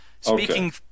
Speaking